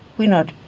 we're not